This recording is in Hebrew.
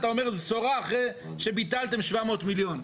אתה אומר בשורה אחרי שביטלתם 700 מיליון.